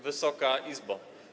Wysoka Izbo!